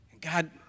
God